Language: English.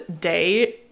day